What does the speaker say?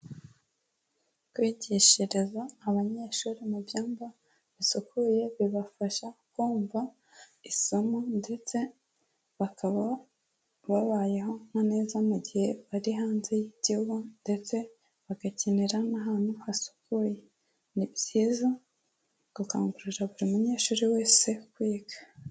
Kwigishiriza abanyeshuri mu byumba bisukuye, bibafasha kumva isomo ndetse bakaba babayeho neza mu gihe bari hanze y'ikigo ndetse bagakinira n'ahantu hasukuye, ni byiza gukangurira buri munyeshuri wese kwiga.